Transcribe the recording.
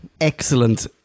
Excellent